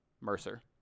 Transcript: Mercer